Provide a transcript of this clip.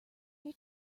your